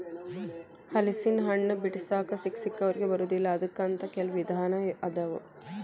ಹಲಸಿನಹಣ್ಣ ಬಿಡಿಸಾಕ ಸಿಕ್ಕಸಿಕ್ಕವರಿಗೆ ಬರುದಿಲ್ಲಾ ಅದಕ್ಕ ಅಂತ ಕೆಲ್ವ ವಿಧಾನ ಅದಾವ